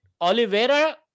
Oliveira